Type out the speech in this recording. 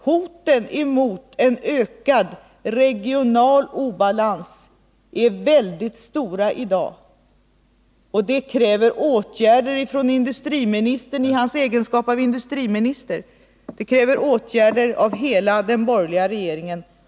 Hoten mot en ökad regional obalans är väldigt stora i dag, och det kräver åtgärder från industriministern i hans egenskap av just industriminister, det kräver åtgärder av hela den borgerliga regeringen.